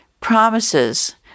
promises